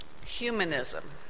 Humanism